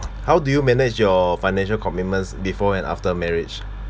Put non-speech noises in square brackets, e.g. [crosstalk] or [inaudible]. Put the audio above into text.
[noise] how do you manage your financial commitments before and after marriage